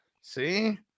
See